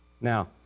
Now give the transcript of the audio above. Now